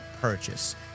purchase